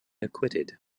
acquitted